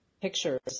pictures